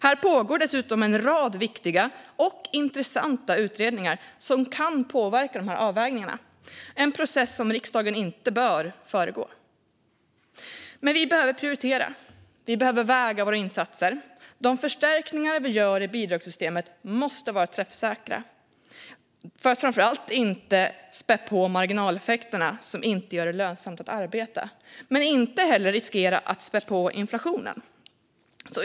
Här pågår dessutom en rad viktiga och intressanta utredningar som kan påverka avvägningarna - en process som riksdagen inte bör föregå. Vi behöver prioritera och väga våra insatser. De förstärkningar vi gör i bidragssystemet måste vara träffsäkra och får framför allt inte riskera att spä på marginaleffekterna, som gör att det inte blir lönsamt att arbeta. Men de får inte heller riskera att spä på inflationen.